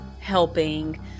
helping